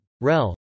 REL